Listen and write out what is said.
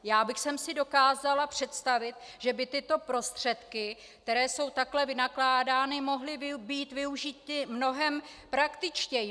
Já bych si dokázala představit, že by tyto prostředky, které jsou takto vynakládány, mohly být využity mnohem praktičtěji.